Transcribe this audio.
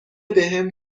بهم